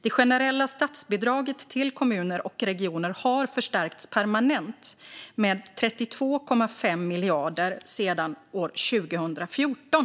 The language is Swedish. Det generella statsbidraget till kommuner och regioner har förstärkts permanent med 32,5 miljarder sedan år 2014.